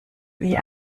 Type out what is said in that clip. wie